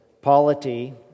polity